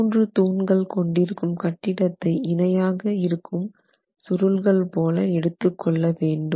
மூன்று தூண்கள் கொண்டிருக்கும் கட்டிடத்தை இணையாக இருக்கும் சுருள்கள் போல எடுத்துக்கொள்ளவேண்டும்